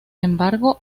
embargo